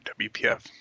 WPF